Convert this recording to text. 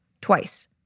Twice